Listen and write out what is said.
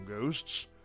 ghosts